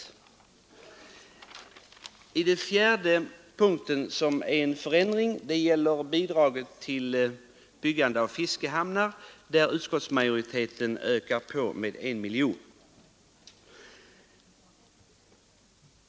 Den fjärde punkten med förändringar i förhållande till huvudtiteln gäller bidraget till byggande av fiskehamnar, där utskottsmajoriteten ökar på med 1 miljon.